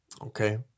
Okay